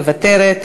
מוותרת,